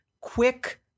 quick